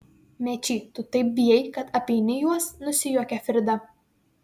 mečy tu taip bijai kad apeini juos nusijuokė frida